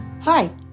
Hi